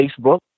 Facebook